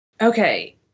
Okay